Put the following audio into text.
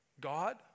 God